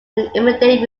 immediate